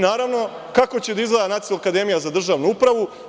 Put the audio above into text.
Naravno, kako će da izgleda Nacionalna akademija za državnu upravu?